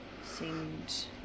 seemed